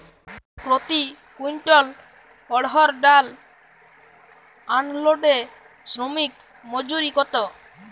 প্রতি কুইন্টল অড়হর ডাল আনলোডে শ্রমিক মজুরি কত?